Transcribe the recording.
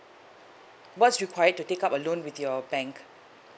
what's required to take up a loan with your bank